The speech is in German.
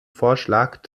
vorschlag